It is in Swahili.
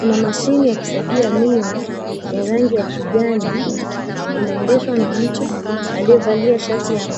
Kuna mashine ya kusagia miwa ya rangi ya kijani inaendeshwa na mtu aliyavalia shati ya